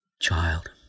child